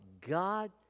God